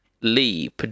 Lee